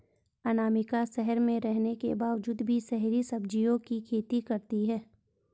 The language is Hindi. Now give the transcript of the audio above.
अनामिका शहर में रहने के बावजूद भी शहरी सब्जियों की खेती करती है